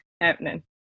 happening